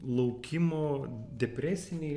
laukimo depresinėj